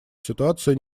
ситуацию